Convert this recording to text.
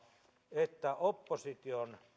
että opposition